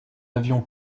avion